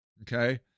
Okay